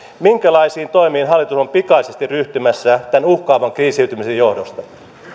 minkälaisiin toimiin hallitus on pikaisesti ryhtymässä tämän uhkaavan kriisiytymisen johdosta